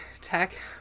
tech